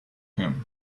him